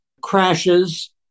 crashes